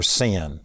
sin